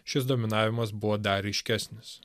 šis dominavimas buvo dar ryškesnis